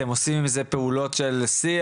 אתם עושים עם זה פעולות שיח?